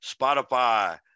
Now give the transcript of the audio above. Spotify